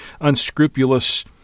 unscrupulous